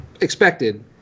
expected